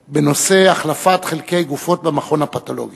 בנושא: החלפת חלקי גופות במכון הפתולוגי.